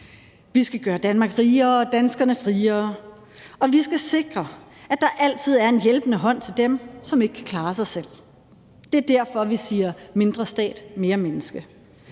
Vi skal gøre Danmark rigere og danskerne friere, og vi skal sikre, at der altid er en hjælpende hånd til dem, som ikke kan klare sig selv. Det er derfor, vi siger: mindre stat, mere menneske.